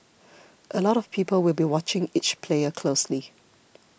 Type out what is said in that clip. a lot of people will be watching each player closely